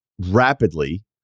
rapidly